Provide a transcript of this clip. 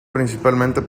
principalmente